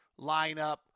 lineup